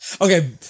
okay